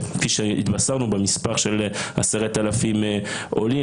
כפי שהתבשרנו במספר של 10,000 עולים.